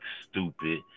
stupid